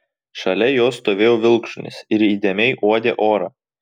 šalia jo stovėjo vilkšunis ir įdėmiai uodė orą